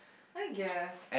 I guess